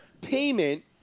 payment